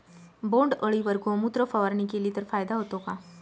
बोंडअळीवर गोमूत्र फवारणी केली तर फायदा होतो का?